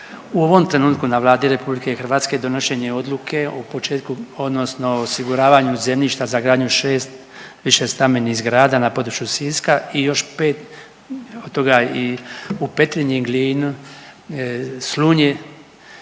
u ovom trenutku na Vladi RH donošenje je odluke o početku odnosno o osiguravanju zemljišta za gradnju 6 višestambenih zgrada na području Siska i još 5 od toga i u Petrinji, Glinu, Slunji